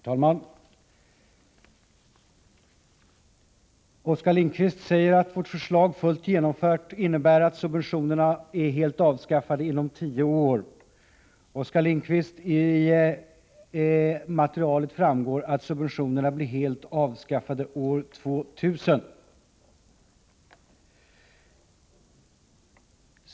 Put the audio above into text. Herr talman! Oskar Lindkvist säger att vårt förslag fullt genomfört innebär att subventionerna är helt avskaffade inom tio år. Oskar Lindkvist! Av materialet framgår att subventionerna är helt avskaffade år 2000.